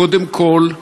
קודם כול,